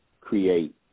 create